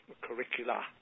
curricula